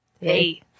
Hey